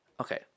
Okay